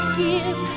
give